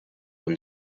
when